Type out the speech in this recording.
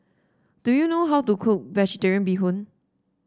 do you know how to cook vegetarian Bee Hoon